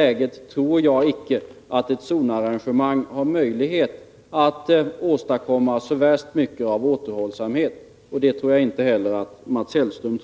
Jag tror att ett zonarrangemangi det läget inte åstadkommer så värst mycket av återhållsamhet, och det anser väl inte heller Mats Hellström.